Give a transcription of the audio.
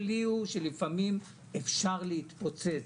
שלפעמים אפשר להתפוצץ,